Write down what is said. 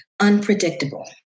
unpredictable